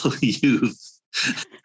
youth